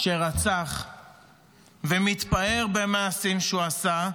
שרצח ומתפאר במעשים שהוא עשה,